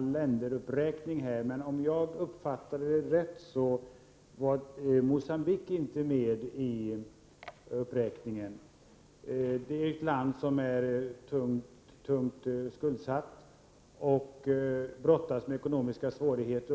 länderuppräkningen, men om jag uppfattade den rätt var Mogambique inte med. Det är ett land som är tungt skuldsatt och brottas med ekonomiska svårigheter.